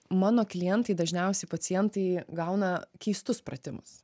mano klientai dažniausiai pacientai gauna keistus pratimus